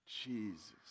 Jesus